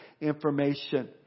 information